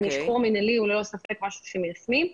שחרור מינהלי הוא ללא ספק משהו שמיישמים.